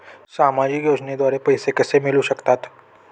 सामाजिक योजनेद्वारे पैसे कसे मिळू शकतात?